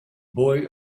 boy